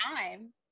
time